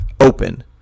open